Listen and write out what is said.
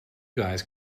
guys